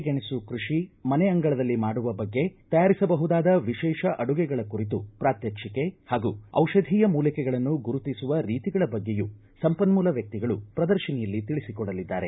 ಗೆಣಸು ಕೃಷಿ ಮನೆ ಅಂಗಳದಲ್ಲಿ ಮಾಡುವ ಬಗ್ಗೆ ತಯಾರಿಸಬಹುದಾದ ವಿಶೇಷ ಅಡುಗೆಗಳ ಕುರಿತು ಪ್ರಾತ್ವಕ್ಷಿಕೆ ಹಾಗೂ ದಿಷಧೀಯ ಮೂಲಿಕೆಗಳನ್ನು ಗುರುತಿಸುವ ರೀತಿಗಳ ಬಗ್ಗೆಯೂ ಸಂಪನ್ಮೂಲ ವ್ಯಕ್ತಿಗಳು ಪ್ರದರ್ಶಿನಿಯಲ್ಲಿ ತಿಳಿಸಿಕೊಡಲಿದ್ದಾರೆ